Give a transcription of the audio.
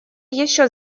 еще